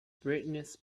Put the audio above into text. spears